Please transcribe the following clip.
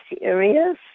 areas